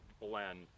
blend